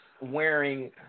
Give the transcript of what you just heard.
wearing